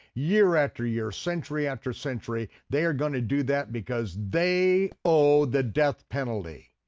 year after year, century after century, they are going to do that because they owe the death penalty.